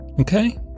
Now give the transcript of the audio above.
Okay